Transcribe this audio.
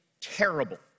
terrible